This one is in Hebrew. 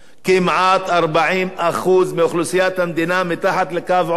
כמעט 40% מאוכלוסיית המדינה מתחת לקו העוני.